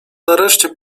nareszcie